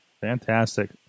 Fantastic